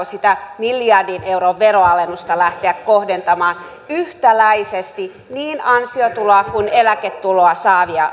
sitä miljardin euron veroalennusta lähteä kohdentamaan yhtäläisesti niin ansiotuloa kuin eläketuloa saaviin